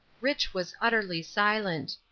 rich. was utterly silent.